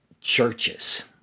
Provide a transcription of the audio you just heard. churches